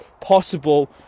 possible